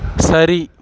சரி